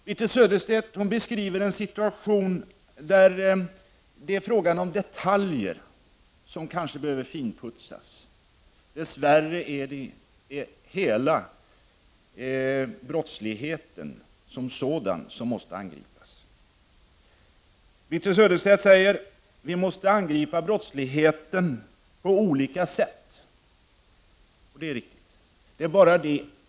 Birthe Sörestedt beskriver en situation, där det är fråga om detaljer som kanske behöver finputsas. Dess värre är det hela brottsligheten som sådan som måste angripas. Birthe Sörestedt sade att vi måste angripa brottsligheten på olika sätt. Det är riktigt.